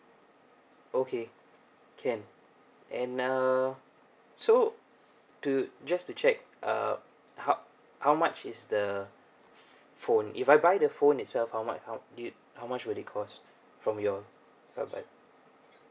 okay can and uh so to just to check uh how how much is the phone if I buy the phone itself how much how do you how much will it cost from your